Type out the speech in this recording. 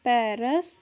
Paris